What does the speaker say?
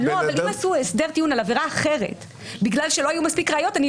עשו הסדר טיעון על עבירה אחרת כי לא היו מספיק ראיות,